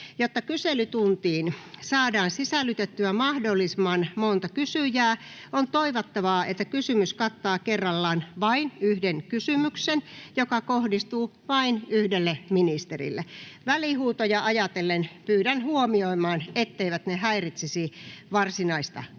Jotta kyselytuntiin saadaan sisällytettyä mahdollisimman monta kysyjää, on toivottavaa, että kysymys kattaa kerrallaan vain yhden kysymyksen, joka kohdistuu vain yhdelle ministerille. Välihuutoja ajatellen pyydän huomioimaan, etteivät ne häiritsisi varsinaista keskustelua.